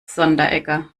sonderegger